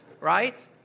right